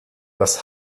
das